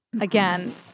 Again